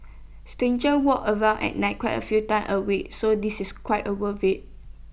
strangers walk around at night quite A few times A week so this is quite A war way